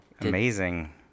amazing